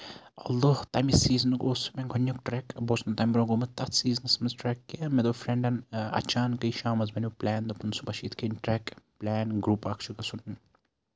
آلدہ تَمہِ سیٖزنُک اوس مےٚ گۄڈٕنیُک ٹریک بہٕ اوسُس نہٕ تَمہِ برونہہ گوٚمُت تَتھ سیٖزنَس منٛز ٹریک کیٚنہہ مےٚ دوٚپ فرینڈَن اَچانَکٕے شامَس بَنیو پِلین دوٚپُن صُبٮحس چھُ یِتھ کٔنۍ ٹریک پِلین گرُپ اکھ چھُ گژھُن